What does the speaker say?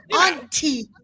Auntie